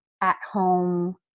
at-home